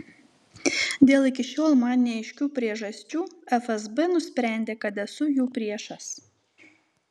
dėl iki šiol man neaiškių priežasčių fsb nusprendė kad esu jų priešas